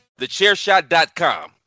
TheChairShot.com